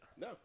No